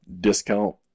discount